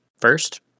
first